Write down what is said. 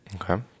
Okay